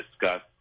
discuss